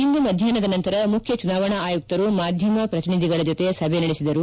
ಇಂದು ಮಧ್ಯಾಹ್ನದ ನಂತರ ಮುಖ್ಯ ಚುನಾವಣಾ ಆಯುಕ್ತರು ಮಾಧ್ಯಮ ಪ್ರತಿನಿಧಿಗಳ ಜೊತೆ ಸಭೆ ನಡೆಸಿದರು